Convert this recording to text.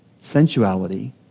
sensuality